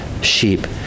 sheep